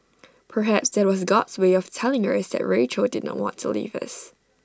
perhaps that was God's way of telling us that Rachel did not want to leave us